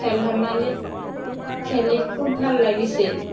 খেল ধেমালিত খেলি খুব ভাল লাগিছিল